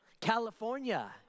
California